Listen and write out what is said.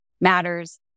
matters